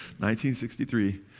1963